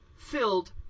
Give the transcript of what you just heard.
filled